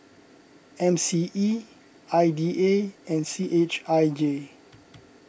M C E I D A and C H I J